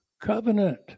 covenant